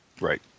right